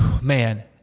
Man